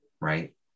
right